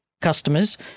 customers